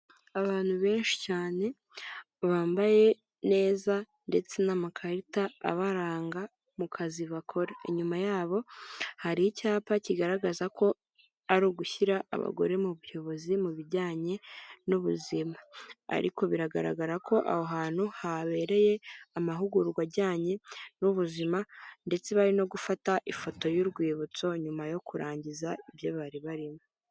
Abantu benshi cyane bambaye neza ndetse n'amakarita abaranga mu kazi bakora. Inyuma yabo hari icyapa kigaragaza ko ari ugushyira abagore mu buyobozi mu bijyanye n'ubuzima, ariko biragaragara ko aho hantu habereye amahugurwa ajyanye n'ubuzima ndetse bari no gufata ifoto y'urwibutso nyuma yo kurangiza ibyo bari barimo.